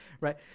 right